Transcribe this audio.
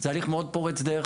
זה הליך מאוד פורץ דרך.